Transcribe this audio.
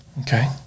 Okay